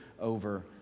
over